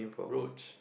roach